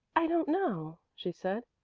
i don't know, she said.